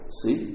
see